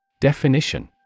Definition